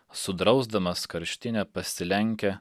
sudrausdamas karštinę pasilenkia